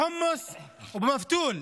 בחומוס ובמפתול.